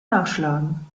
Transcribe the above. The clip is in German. nachschlagen